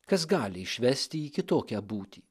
kas gali išvesti į kitokią būtį